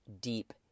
deep